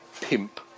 pimp